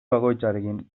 bakoitzarekin